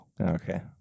okay